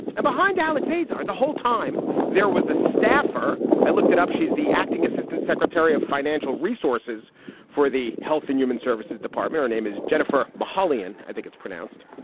and behind alex azar, the whole time there was a staffer. i looked it up. she's the acting assistant secretary of financial resources for the health and human services department. her name is jennifer mollyann. i think it's pronounced.